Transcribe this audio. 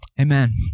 Amen